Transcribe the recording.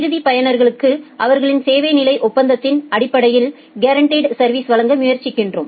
இறுதி பயனர்களுக்கு அவர்களின் சேவை நிலை ஒப்பந்தத்தின் அடிப்படையில் கேரன்டிட் சா்விஸ் வழங்க முயற்சிக்கிறோம்